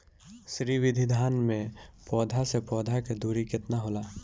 श्री विधि धान में पौधे से पौधे के दुरी केतना होला?